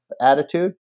attitude